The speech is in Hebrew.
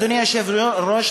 אדוני היושב-ראש,